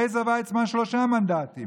לעזר ויצמן היו שלושה מנדטים,